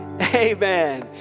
Amen